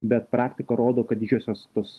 bet praktika rodo kad didžiosios tos